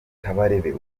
kabarebe